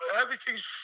everything's